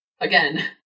Again